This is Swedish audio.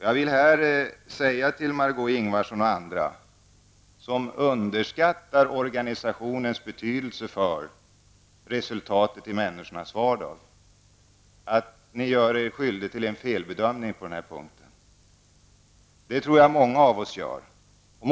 Jag vill säga till Margó Ingvardsson och andra som underskattar organisationens betydelse för resultatet i människornas vardag att ni gör er skyldiga till en felbedömning på den här punkten. Jag tror att många av oss gör det.